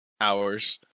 hours